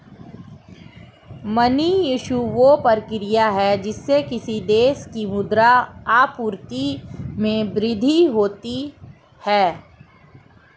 money issue, वह प्रक्रिया है जिससे किसी देश की मुद्रा आपूर्ति में वृद्धि होती है